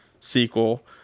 sequel